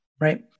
Right